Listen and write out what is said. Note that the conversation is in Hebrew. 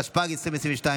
התשפ"ג 2022,